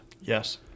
Yes